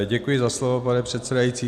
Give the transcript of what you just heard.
Děkuji za slovo, pane předsedající.